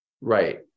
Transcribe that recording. Right